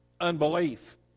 unbelief